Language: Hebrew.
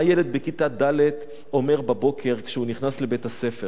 מה ילד בכיתה ד' אומר בבוקר כשהוא נכנס לבית-הספר,